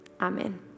amen